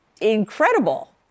incredible